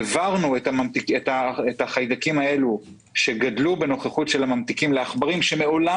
העברנו את החיידקים האלה שגדלו בנוכחות של ממתיקים לעכברים שמעולם